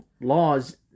laws